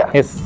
Yes